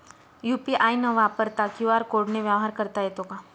UPI न वापरता QR कोडने व्यवहार करता येतो का?